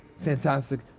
fantastic